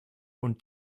und